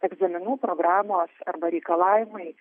egzaminų programos arba reikalavimai